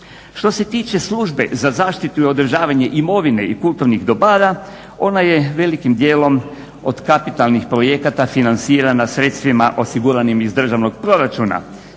Što se tiče službe za zaštitu i održavanje imovine i kulturnih dobara, ona je velikim dijelom od kapitalnih projekata financirana sredstvima osiguranim iz državnog proračuna.